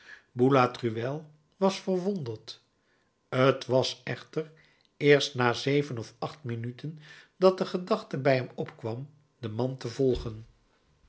boulatruelle was verwonderd t was echter eerst na zeven of acht minuten dat de gedachte bij hem opkwam den man te volgen